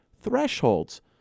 thresholds